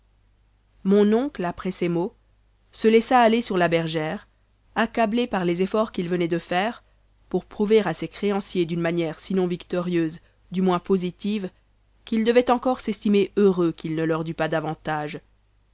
mon oncle après ces mots se laissa aller sur la bergère accablé par les efforts qu'il venait de faire pour prouver à ses créanciers d'une manière si non victorieuse du moins positive qu'ils devaient encore s'estimer heureux qu'il ne leur dût pas davantage